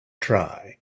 try